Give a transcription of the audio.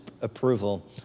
approval